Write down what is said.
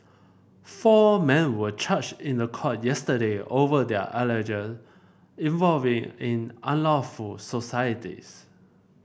four men were charged in the court yesterday over their alleged involving in unlawful societies